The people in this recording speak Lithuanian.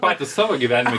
patys savo gyvenime